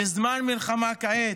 בזמן מלחמה, כעת,